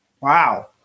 Wow